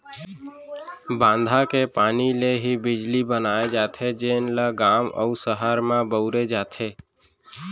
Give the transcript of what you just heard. बांधा के पानी ले ही बिजली बनाए जाथे जेन ल गाँव अउ सहर म बउरे जाथे